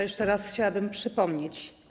Jeszcze raz chciałabym przypomnieć.